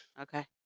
Okay